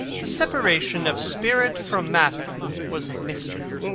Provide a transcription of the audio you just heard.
the separation of spirit from matter was a mystery,